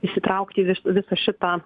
įsitraukt į visą šitą